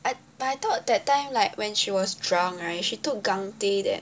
I but I thought that time like when she was drunk right she told gang tae that